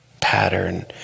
pattern